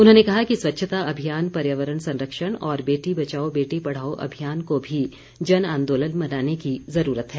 उन्होंने कहा कि स्वच्छता अभियान पर्यावरण संरक्षण और बेटी बचाओ बेटी पढ़ाओ अभियान को भी जन आंदोलन बनाने की जरूरत है